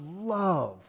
love